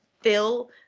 fill